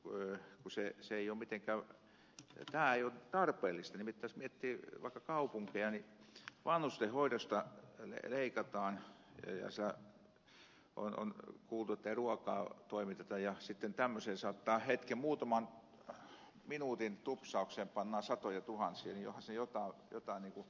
minusta tämän tyyppinen ei ole tarpeellista nimittäin jos miettii vaikka kaupunkeja niin vanhustenhoidosta leikataan ja on kuultu että ei ruokaa toimiteta ja sitten kun tämmöiseen hetken muutaman minuutin tupsaukseen pannaan satojatuhansia niin johan siinä on jotain älytöntä